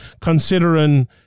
considering